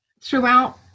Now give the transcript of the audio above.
throughout